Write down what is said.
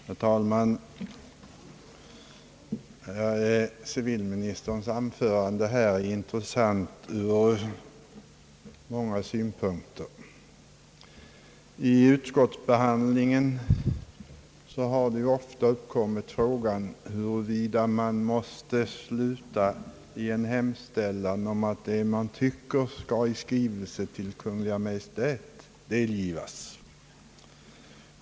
Herr talman! Civilministerns anförande är intressant ur många synpunkter. I utskottsarbetet uppkommer ju ofta frågan huruvida man måste sluta med en hemställan om att det som utskottet anfört skall i skrivelse till Kungl. Maj:t delgivas.